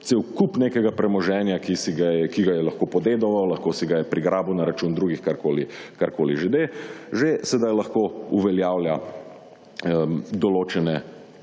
cel kup nekega premoženja, ki ga je lahko podedoval, lahko si ga je prigrabil na račun drugih, karkoli že, sedaj lahko uveljavlja določene